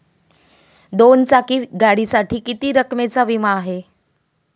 दोन चाकी गाडीसाठी किती रकमेचा विमा आहे?